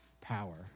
power